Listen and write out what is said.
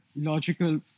logical